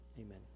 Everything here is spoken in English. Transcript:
Amen